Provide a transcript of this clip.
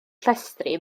llestri